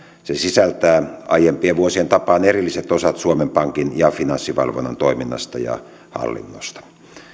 se sisältää aiempien vuosien tapaan erilliset osat suomen pankin ja finanssivalvonnan toiminnasta ja hallinnosta